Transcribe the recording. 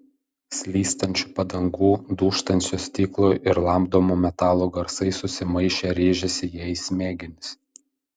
slystančių padangų dūžtančio stiklo ir lamdomo metalo garsai susimaišę rėžėsi jai į smegenis